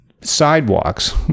sidewalks